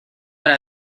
para